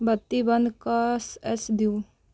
बत्ती बन्द कऽ दियौ